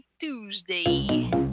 Tuesday